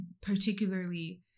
particularly